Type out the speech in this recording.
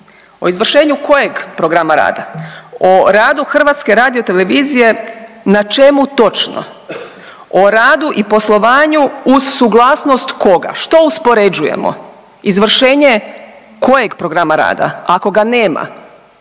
o izvršenju kojeg programa rada, o radu HRT na čemu točno, o radu i poslovanju uz suglasnost koga, što uspoređujemo, izvršenje kojeg programa rada ako ga nema,